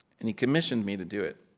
and he commissioned me to do it.